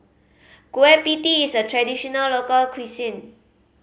Kueh Pie Tee is a traditional local cuisine